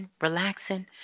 relaxing